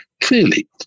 Clearly